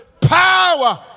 power